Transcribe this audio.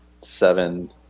seven